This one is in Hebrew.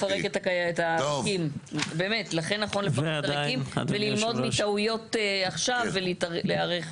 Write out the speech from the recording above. נכון לפרק את המכלים הריקים וללמוד מטעויות כבר עכשיו ולהיערך.